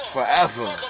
Forever